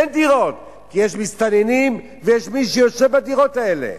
אין דירות כי יש מסתננים ויש מי שיושב בדירות האלה.